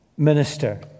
Minister